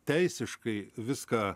teisiškai viską